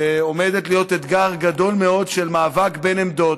שעומדת להיות אתגר גדול מאוד של מאבק בין עמדות,